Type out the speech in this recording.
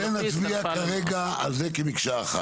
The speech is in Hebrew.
אה, אז אם ככה על זה נצביע כרגע על זה כמקשה אחת.